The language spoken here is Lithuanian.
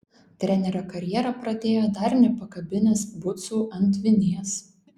trenerio karjerą pradėjo dar nepakabinęs bucų ant vinies